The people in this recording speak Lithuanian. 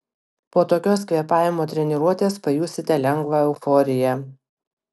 po tokios kvėpavimo treniruotės pajusite lengvą euforiją